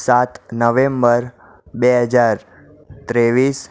સાત નવેમ્બર બે હજાર ત્રેવીસ